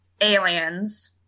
Aliens